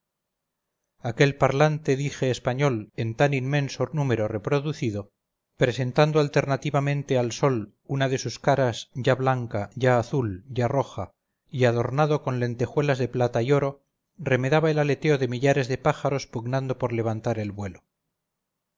aquel parlante dije español en tan inmenso número reproducido presentando alternativamente al sol una de sus caras ya blanca ya azul ya roja y adornado con lentejuelas de plata y oro remedaba el aleteo de millares de pájaros pugnando por levantar el vuelo